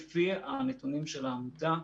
לפי הנתונים של העמותה,